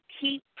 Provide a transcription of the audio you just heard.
keep